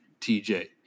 TJ